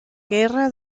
guerra